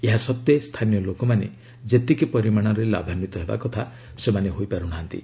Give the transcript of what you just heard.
ଏହାସତ୍ତ୍ୱେ ସ୍ଥାନୀୟ ଲୋକମାନେ ଯେତିକି ପରିମାଣରେ ଲାଭାନ୍ୱିତ ହେବା କଥା ସେମାନେ ହୋଇପାରୁ ନାହାନ୍ତି